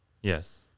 Yes